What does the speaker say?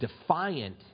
defiant